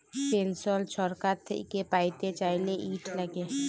পেলসল ছরকার থ্যাইকে প্যাইতে চাইলে, ইট ল্যাগে